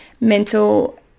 mental